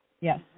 Yes